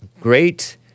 Great